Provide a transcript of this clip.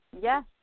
Yes